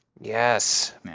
Yes